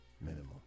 minimum